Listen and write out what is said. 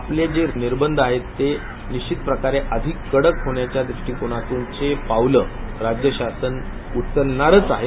आपले जे निर्बंध जे आहेत ते निश्चितप्रकारे अधिक कडक होण्याच्या दृष्टीकोनातूनची पावलं राज्य शासनान उचलणारच आहे